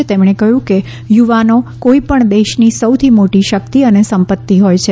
શ્રી શાહે કહ્યું છે કે યુવાનો કોઈપણ દેશની સૌથી મોટી શક્તિ અને સંપત્તિ હોય છે